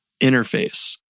interface